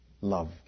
love